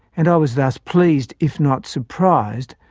and i was thus pleased, if not surprised,